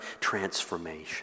transformation